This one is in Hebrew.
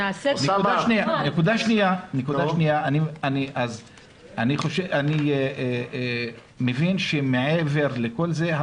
אני מבין שמעבר לכל זה,